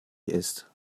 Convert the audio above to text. ist